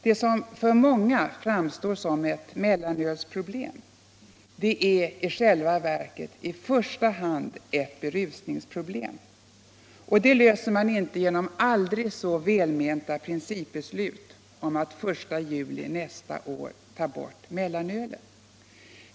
Det som för många framstår som ett mellanölsproblem är i själva verket i första hand ett berusningsproblem. Och det löser man inte genom aldrig så välmenta principbeslut om att den 1 juli nästa år ta bort mellanölet.